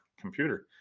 computer